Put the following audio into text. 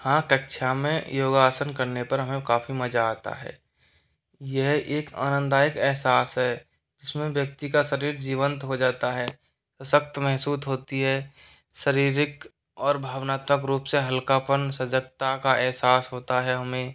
हाँ कक्षा में योगासन करने पर हमें काफ़ी मज़ा आता है यह एक आनंददायक ऐहसास है जिसमें व्यक्ति का शरीर जीवन्त हो जाता है सख्त महसूत होती है शारीरिक और भावनात्मक रूप से हल्कापन सजगता का ऐहसास होता है हमें